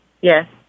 yes